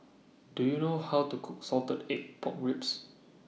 Do YOU know How to Cook Salted Egg Pork Ribs